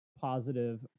positive